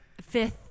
fifth